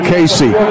Casey